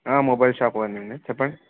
mobile shop ఓనర్నే చెప్పండి